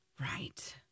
Right